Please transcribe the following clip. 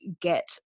get